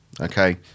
okay